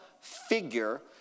figure